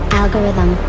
algorithm